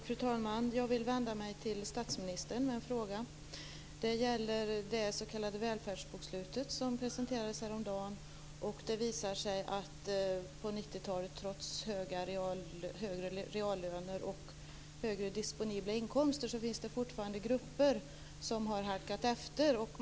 Fru talman! Jag vill vända mig till statsministern med en fråga. Det gäller det s.k. välfärdsbokslutet som presenterades häromdagen, där det visar sig att det på 90-talet, trots högre reallöner och högre disponibla inkomster, fortfarande finns grupper som har halkat efter.